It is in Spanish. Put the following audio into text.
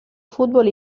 fútbol